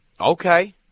Okay